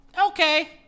Okay